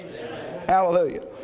Hallelujah